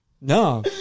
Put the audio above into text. no